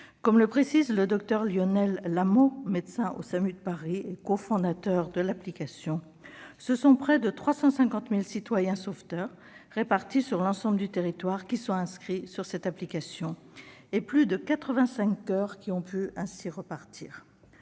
Comme le précise le docteur Lionel Lamhaut, médecin au SAMU de Paris et cofondateur de l'application, ce sont près de 350 000 citoyens sauveteurs répartis sur l'ensemble du territoire qui sont inscrits sur cette application et plus de quatre-vingt-cinq coeurs qui ont ainsi pu repartir.